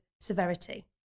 severity